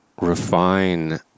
refine